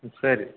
ம் சரி